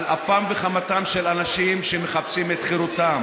על אפם וחמתם של אנשים שמחפשים את חירותם.